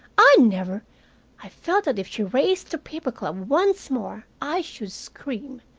i never i felt that if she raised the paper club once more i should scream.